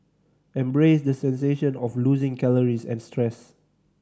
embrace the sensation of losing calories and stress